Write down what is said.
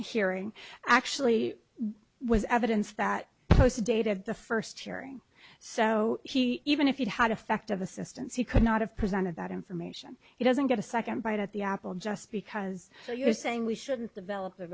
hearing actually was evidence that was dated the first hearing so he even if you'd had effective assistance he could not have presented that information it doesn't get a second bite at the apple just because you're saying we shouldn't develop a